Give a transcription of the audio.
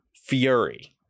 Fury